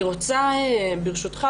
ברשותך,